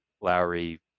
Lowry